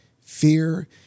Fear